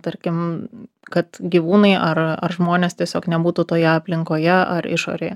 tarkim kad gyvūnai ar ar žmonės tiesiog nebūtų toje aplinkoje ar išorėje